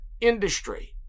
industry